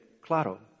claro